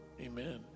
Amen